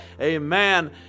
Amen